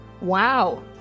Wow